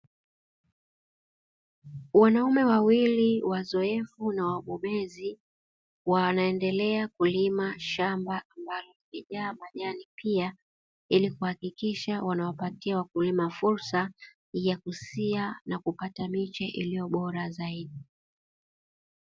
Wanaume wawili wazoefu na wabobezi wanaendelea kulima shamba ambalo limejaa majani, pia ili kuhakikisha wanawapatia wakulima fursa ya kusia na kupata miche iliyo bora zaidi.